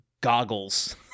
goggles